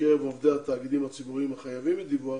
בקרב עובדי התאגידים הציבוריים החייבים בדיווח